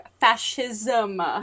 fascism